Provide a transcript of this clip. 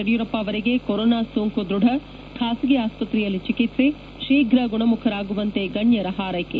ಯಡಿಯೂರಪ್ಪ ಅವರಿಗೆ ಕೊರೊನಾ ಸೋಂಕು ದೃಢ ಖಾಸಗಿ ಆಸ್ವತ್ರೆಯಲ್ಲಿ ಚಿಕಿತ್ಸೆ ಶೀಫ್ರ ಗುಣಮುಖರಾಗುವಂತೆ ಗಣ್ಯರ ಹಾರ್ೈಕೆ